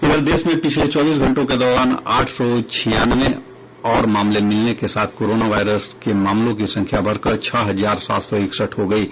इधर देश में पिछले चौबीस घंटों के दौरान आठ सौ छियानवे और मामले मिलने के साथ कोरोना वायरस के मामलों की संख्या बढकर छह हजार सात सौ इकसठ हो गयी है